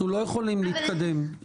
אנחנו לא יכולים להתקדם,